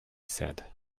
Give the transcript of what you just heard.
said